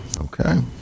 Okay